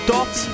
Dot